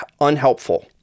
unhelpful